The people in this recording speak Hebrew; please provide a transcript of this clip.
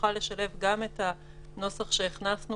נוכל לשלב את הנוסח שהכנסנו